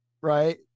Right